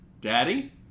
Daddy